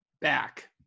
back